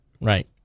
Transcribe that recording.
right